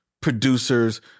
producers